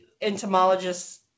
entomologists